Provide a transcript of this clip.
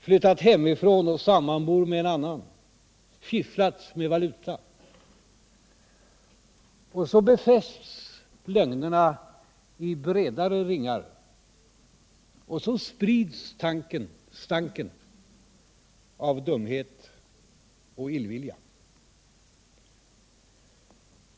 flyttat hemifrån och sammanbor med en annan, fifflat med valuta?” Och så befästs lögnerna i bredare ringar, och sedan sprids stanken av dumhet och illvilja.